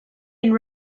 had